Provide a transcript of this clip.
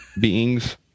beings